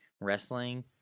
wrestling